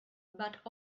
but